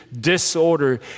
disorder